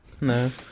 no